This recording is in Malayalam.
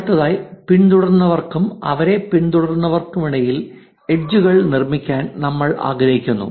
അടുത്തതായി പിന്തുടരുന്നവർക്കും അവരെ പിന്തുടരുന്നവർക്കുമിടയിൽ എഡ്ജ് കൾ നിർമ്മിക്കാൻ നമ്മൾ ആഗ്രഹിക്കുന്നു